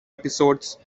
episodes